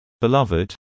Beloved